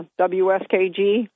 WSKG